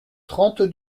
trente